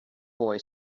boy